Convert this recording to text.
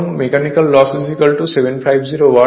এখন mechanical loss 750 watt হয়